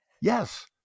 yes